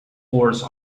force